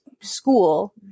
school